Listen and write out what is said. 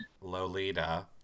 Lolita